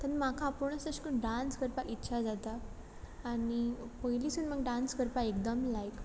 तेन्ना म्हाका आपुणूच एश कोन डांस करपाक इत्छा जाता आनी पयलींसून म्हाक डांस करपा एकदम लायक